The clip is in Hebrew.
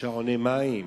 שעוני מים.